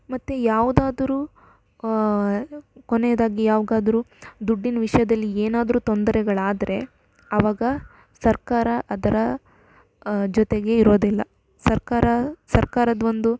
ಮತ್ತು ಯಾವುದಾದರೂ ಕೊನೆಯದಾಗಿ ಯಾವಾಗಾದ್ರೂ ದುಡ್ಡಿನ ವಿಷಯದಲ್ಲಿ ಏನಾದರೂ ತೊಂದರೆಗಳಾದರೆ ಆಗ ಸರ್ಕಾರ ಅದರ ಜೊತೆಗೆ ಇರೋದಿಲ್ಲ ಸರ್ಕಾರ ಸರ್ಕಾರದ್ದೊಂದು